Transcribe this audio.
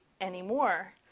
anymore